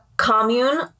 commune